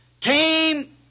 came